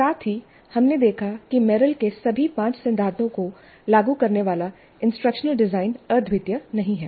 साथ ही हमने देखा कि मेरिल के सभी पांच सिद्धांतों को लागू करने वाला इंस्ट्रक्शनल डिजाइन अद्वितीय नहीं है